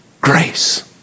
grace